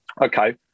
Okay